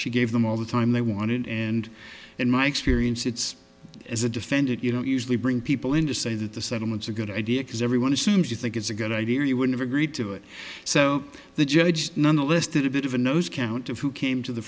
she gave them all the time they wanted and in my experience it's as a defendant you know usually bring people in to say that the settlements are good idea because everyone assumes you think it's a good idea or you wouldn't agree to it so the judge nonetheless did a bit of a nose count of who came to the